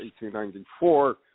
1894